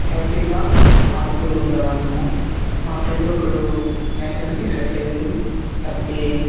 హ్యాపీగా ఆడుతు ఉండే వాళ్ళము మా ఫ్రెండ్ ఒకడు నేషనల్కి సెలెక్ట్ అయ్యాడు తనకి